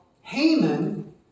Haman